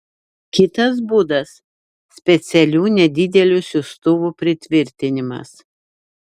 kitas būdas specialių nedidelių siųstuvų pritvirtinimas